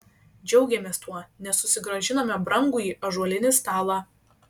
džiaugėmės tuo nes susigrąžinome brangųjį ąžuolinį stalą